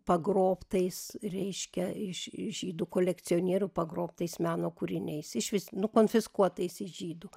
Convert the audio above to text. pagrobtais reiškia iš žydų kolekcionierių pagrobtais meno kūriniais išvis nukonfiskuotais iš žydų